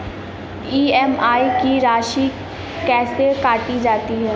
EMI में राशि कैसे काटी जाती है?